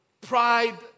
Pride